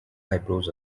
eyebrows